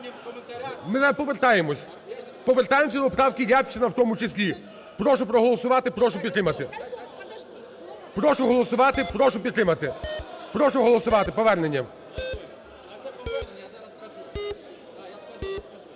Ми повертаємось, повертаємося до правкиРябчина в тому числі. Прошу проголосувати, прошу підтримати. Прошу голосувати, прошу підтримати. Прошу голосувати повернення.